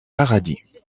paradis